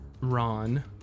Ron